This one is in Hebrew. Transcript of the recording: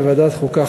בוועדת החוקה,